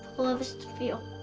love is to feel.